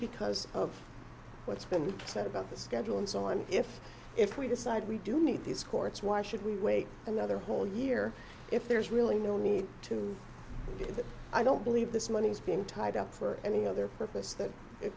because of what's been said about the schedule and so on if if we decide we do need these courts why should we wait another whole year if there's really no need to get it i don't believe this money's being tied up for any other purpose that it